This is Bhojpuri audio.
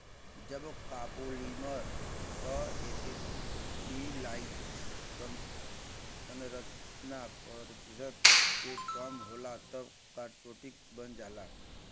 जब कॉपोलीमर क एसिटिलाइज्ड संरचना पचास प्रतिशत से कम होला तब इ काइटोसैन बन जाला